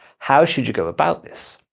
how should you go about this?